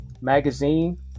magazine